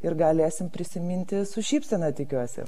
ir galėsim prisiminti su šypsena tikiuosi